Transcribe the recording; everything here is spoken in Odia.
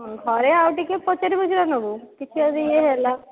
ହଁ ଘରେ ଆଉ ଟିକିଏ ପଚାରି ପୁଚୁରା ନେବୁ କିଛି ଯଦି ଇଏ ହେଲା